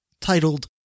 titled